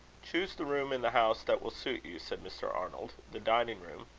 choose the room in the house that will suit you, said mr. arnold. the dining-room?